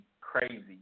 crazy